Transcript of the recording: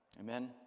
Amen